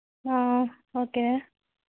okay